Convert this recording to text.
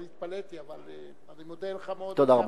לכן התפלאתי, אבל, אני מודה לך מאוד, תודה רבה.